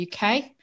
UK